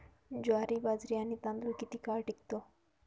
ज्वारी, बाजरी आणि तांदूळ किती काळ टिकतो?